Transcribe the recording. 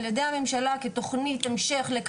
זה אתגר שהוות"ת והמל"ג והאוניברסיטאות צריכים לתת עליו מענה.